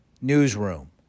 Newsroom